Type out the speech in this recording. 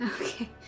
Okay